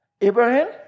Abraham